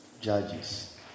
Judges